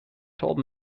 told